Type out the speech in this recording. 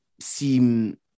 seem